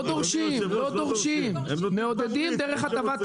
לא דורשים, מעודדים דרך הטבת מס.